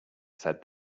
said